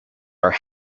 are